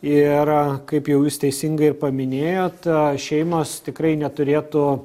ir kaip jau jūs teisingai paminėjot šeimos tikrai neturėtų